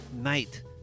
night